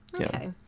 Okay